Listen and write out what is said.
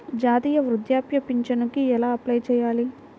జాతీయ వృద్ధాప్య పింఛనుకి ఎలా అప్లై చేయాలి?